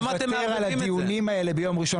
ואנחנו מוכנים לוותר על הדיונים האלה ביום ראשון